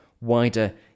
wider